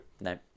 no